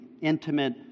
Intimate